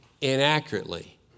inaccurately